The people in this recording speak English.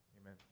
amen